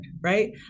right